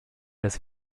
das